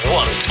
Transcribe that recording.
one